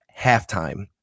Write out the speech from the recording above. halftime